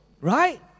Right